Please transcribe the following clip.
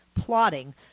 plotting